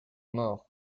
mort